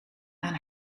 aan